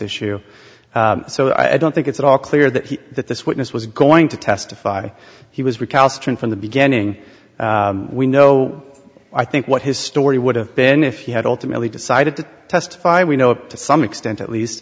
issue so i don't think it's at all clear that he that this witness was going to testify he was recalcitrant from the beginning we know i think what his story would have been if he had ultimately decided to testify we know to some extent at least